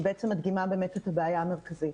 היא באמת מדגימה באמת את הבעיה המרכזית.